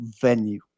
venue